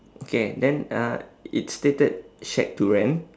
okay then uh it's stated shack to rent